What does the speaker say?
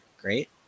great